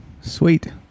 Sweet